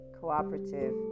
cooperative